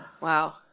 Wow